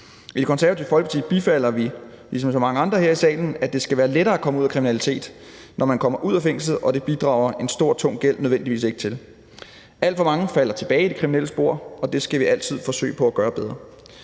I Det Konservative Folkeparti bifalder vi ligesom så mange andre her i salen, at det skal være lettere at komme ud af kriminalitet, når man kommer ud af fængslet, og det bidrager en stor, tung gæld ikke nødvendigvis til. Alt for mange falder tilbage i det kriminelle spor, og det skal vi altid forsøge at gøre bedre.